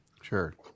Sure